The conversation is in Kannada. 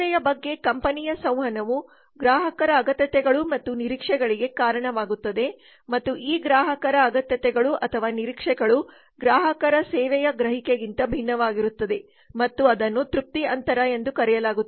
ಸೇವೆಯ ಬಗ್ಗೆ ಕಂಪನಿಯ ಸಂವಹನವು ಗ್ರಾಹಕರ ಅಗತ್ಯತೆಗಳು ಮತ್ತು ನಿರೀಕ್ಷೆಗಳಿಗೆ ಕಾರಣವಾಗುತ್ತದೆ ಮತ್ತು ಈ ಗ್ರಾಹಕರ ಅಗತ್ಯತೆಗಳು ಅಥವಾ ನಿರೀಕ್ಷೆಗಳು ಗ್ರಾಹಕರ ಸೇವೆಯ ಗ್ರಹಿಕೆಗಿಂತ ಭಿನ್ನವಾಗಿರುತ್ತದೆ ಮತ್ತು ಅದನ್ನು ತೃಪ್ತಿ ಅಂತರ ಎಂದು ಕರೆಯಲಾಗುತ್ತದೆ